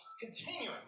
continuing